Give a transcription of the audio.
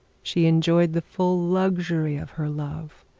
she enjoyed the full luxury of her love.